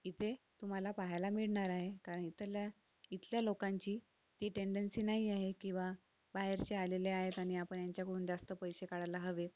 इथे तुम्हाला पाहायला मिळणार आहे कारण इथल्या इथल्या लोकांची ही टेंडन्सी नाही आहे कि बा बाहेरचे आलेले आहेत आणि आपण यांच्याकडून जास्त पैसे काढायला हवेत